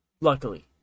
Luckily